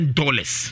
dollars